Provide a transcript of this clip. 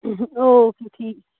okay ٹھی